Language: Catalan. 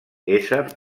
ésser